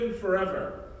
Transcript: forever